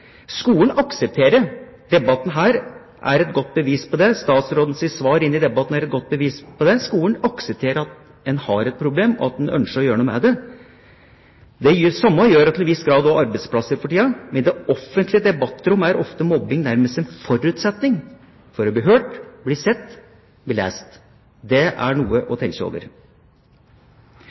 Skolen aksepterer at det er et problem. Debatten her er et godt bevis på det. Statsrådens svar i debatten er et godt bevis på det. Skolen aksepterer at en har et problem, og ønsker å gjøre noe med det. Det samme gjør til en viss grad også arbeidsplassene for tida, men i det offentlige debattrom er ofte mobbing nærmest en forutsetning for å bli hørt, bli sett, bli lest. Det er noe å tenke over.